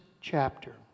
chapter